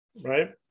right